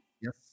yes